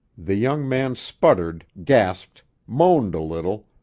the young man sputtered, gasped, moaned a little,